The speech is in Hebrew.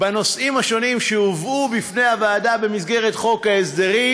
בנושאים השונים שהובאו בפני הוועדה במסגרת חוק ההסדרים,